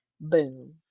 boom